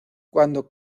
cuando